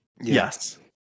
yes